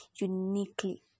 uniquely